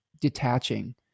detaching